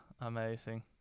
amazing